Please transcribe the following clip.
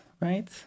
right